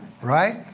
Right